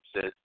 says